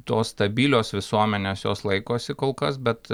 tos stabilios visuomenės jos laikosi kol kas bet